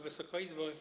Wysoka Izbo!